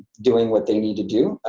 doing what they need to do,